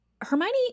Hermione